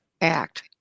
act